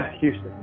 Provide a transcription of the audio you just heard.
Houston